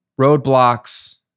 roadblocks